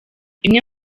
imwe